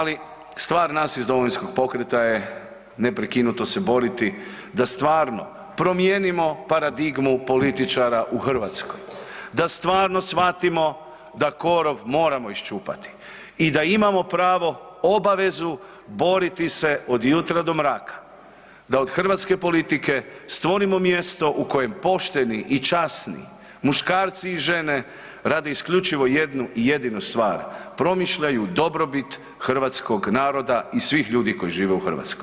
Ali stvar nas iz Domovinskog pokreta je neprekinuto se boriti da stvarno promijenimo paradigmu političara u Hrvatskoj, da stvarno shvatimo da korov moramo iščupamo i da imamo pravo obavezu boriti se od jutra do mraka, da od hrvatske politike stvorimo mjesto u kojem pošteni i časni muškarci i žene rade isključivo jednu i jedinu stvar, promišljaju dobrobit hrvatskog naroda i svih ljudi koji žive u Hrvatskoj.